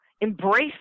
Embrace